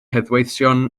heddweision